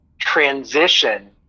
transition